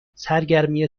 سرگرمی